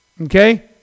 Okay